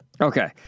Okay